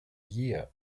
year